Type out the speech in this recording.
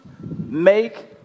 make